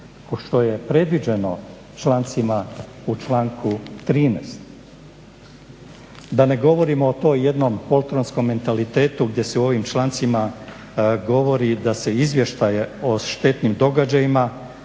a što je predviđeno u članku 13. Da ne govorim o tom jednom poltronskom mentalitetu gdje se u ovim člancima govori da se izvještaje o štetnim događajima,